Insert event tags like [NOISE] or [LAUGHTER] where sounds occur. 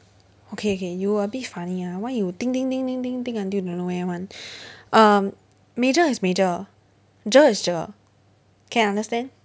okay K you a bit funny ah why you think think think think think think until don't know where [one] [BREATH] um major is major GER is GER can understand